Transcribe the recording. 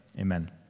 Amen